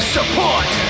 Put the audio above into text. Support